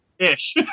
Ish